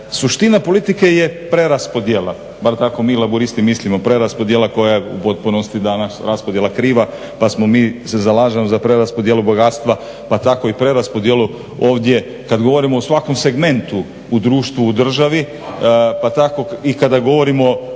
suština politike je preraspodjela bar tamo mi Laburisti mislimo, preraspodjela koja je u potpunosti danas raspodjela kriva. Pa se mi zalažemo za preraspodjelu bogatstva pa tako i preraspodjelu. Ovdje kad govorimo o svakom segmentu u društvu, u državi, pa tako i kada govorimo o